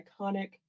iconic